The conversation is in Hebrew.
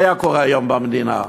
מה היה קורה היום במדינה?